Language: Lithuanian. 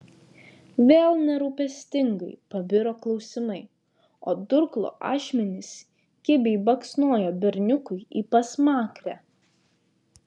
vėl nerūpestingai pabiro klausimai o durklo ašmenys kibiai baksnojo berniukui į pasmakrę